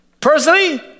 Personally